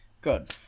Good